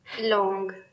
long